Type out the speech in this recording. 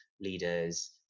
leaders